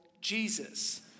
Jesus